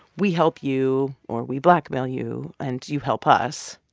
we help you or we blackmail you and you help us.